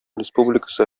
республикасы